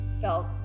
felt